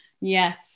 Yes